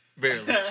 barely